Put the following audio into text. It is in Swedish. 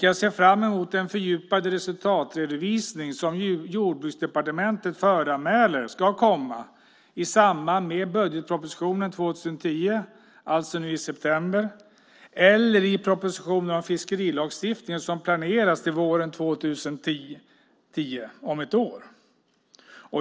Jag ser fram emot den fördjupade resultatredovisning som Jordbruksdepartementet föranmäler ska komma i samband med budgetpropositionen för 2010 - alltså nu i september - eller i propositionen om fiskerilagstiftningen som planeras till våren 2010, alltså om ett år.